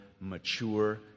mature